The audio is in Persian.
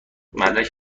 مدرک